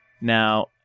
Now